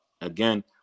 again